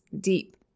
deep